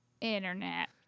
Internet